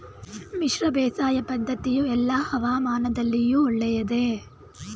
ಮಿಶ್ರ ಬೇಸಾಯ ಪದ್ದತಿಯು ಎಲ್ಲಾ ಹವಾಮಾನದಲ್ಲಿಯೂ ಒಳ್ಳೆಯದೇ?